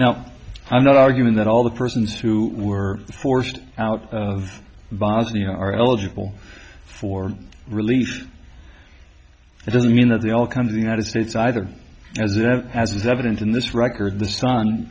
now i'm not arguing that all the persons who were forced out of bosnia are eligible for release it doesn't mean that they all come to the united states either as is evident in this record the son